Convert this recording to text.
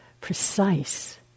Precise